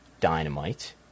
Dynamite